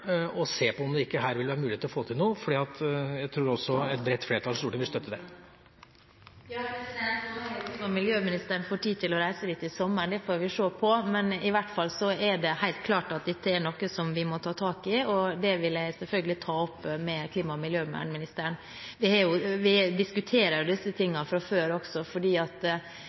og se på om det er muligheter til få til noe, for jeg tror også et bredt flertall av Stortingets … Om jeg og klima- og miljøministeren får tid til å reise dit i sommer, får vi se på. I hvert fall er det helt klart at dette er noe vi må ta tak i, og det vil jeg selvfølgelig ta opp med klima- og miljøministeren. Vi har diskutert disse tingene før også, for det er jo